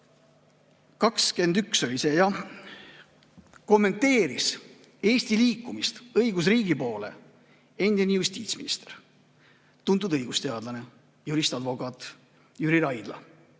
Augustis 2021 kommenteeris Eesti liikumist õigusriigi poole endine justiitsminister, tuntud õigusteadlane, jurist, advokaat Jüri Raidla.